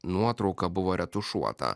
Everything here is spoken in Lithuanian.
nuotrauka buvo retušuota